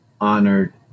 honored